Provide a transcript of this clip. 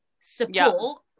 support